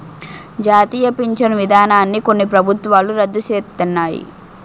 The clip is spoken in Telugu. జాతీయ పించను విధానాన్ని కొన్ని ప్రభుత్వాలు రద్దు సేస్తన్నాయి